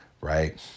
Right